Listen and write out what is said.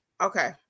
Okay